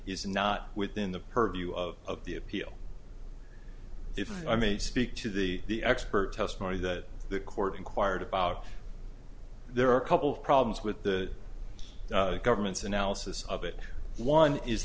is not within the purview of the appeal if i may speak to the expert testimony that the court inquired about there are a couple of problems with the government's analysis of it one is